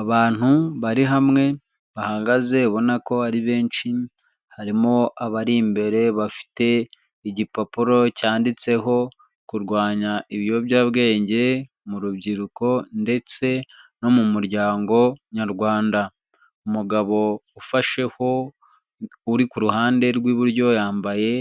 Abantu bari hamwe bahagaze ubona ko ari benshi harimo abari imbere bafite igipapuro cyanditseho kurwanya ibiyobyabwenge mu rubyiruko ndetse no mu muryango nyarwanda. Umugabo ufasheho uri ku ruhande rw'iburyo yambaye